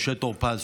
משה טור פז,